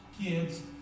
kids